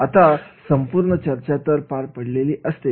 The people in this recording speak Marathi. आता संपूर्ण चर्चा तर पार पडलेली असते